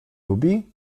lubi